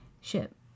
ship